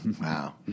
Wow